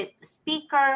speaker